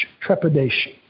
trepidation